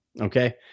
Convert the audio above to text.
okay